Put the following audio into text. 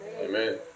Amen